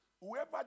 Whoever